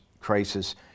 crisis